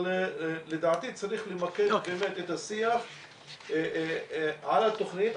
אבל לדעתי צריך למקד באמת את השיח על התוכנית,